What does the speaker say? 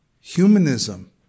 Humanism